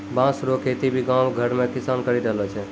बाँस रो खेती भी गाँव घर मे किसान करि रहलो छै